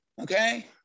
okay